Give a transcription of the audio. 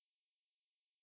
I don't um